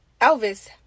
Elvis